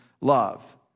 love